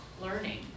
learning